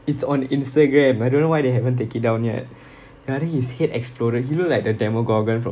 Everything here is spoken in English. it's on Instagram I don't know why they haven't take it down yet ya I think his head exploded he looked like the demogorgon from